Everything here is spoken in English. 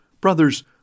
Brothers